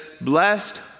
blessed